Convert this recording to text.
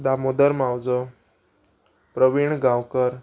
Damodar Mauzo Pravin Gaonkar